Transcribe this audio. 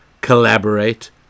Collaborate